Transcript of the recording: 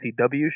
CW